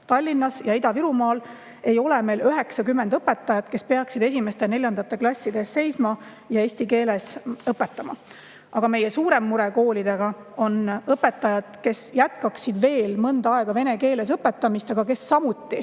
Tallinnas ja Ida-Virumaal on puudu 90 õpetajat, kes peaksid esimeste ja neljandate klasside ees seisma ja eesti keeles õpetama. Aga suurem mure koolides on õpetajad, kes jätkaksid veel mõnda aega vene keeles õpetamist, aga kes samuti